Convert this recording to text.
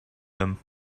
them